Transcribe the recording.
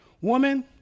Woman